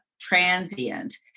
transient